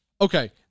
Okay